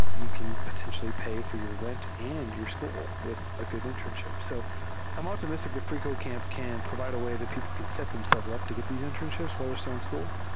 you can potentially pay for your rent and your school with a good internship. so i'm optimistic that freecodecamp can provide a way that people can set themselves up to get these internships while they're still in school.